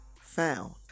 found